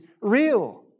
real